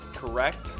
correct